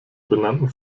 benannten